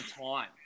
time